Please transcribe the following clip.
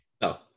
No